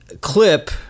clip